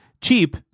Cheap